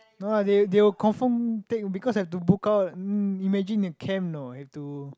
no lah they they will confirm take because I have to book out imagine they camp you know have to